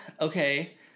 okay